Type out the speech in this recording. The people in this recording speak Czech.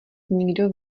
nikdo